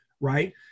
right